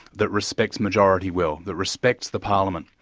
that respects majority will, that respects the parliament,